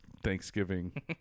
thanksgiving